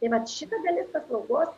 tai vat šita dalis paslaugos